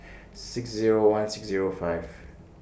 six Zero one six Zero five